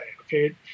Okay